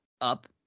up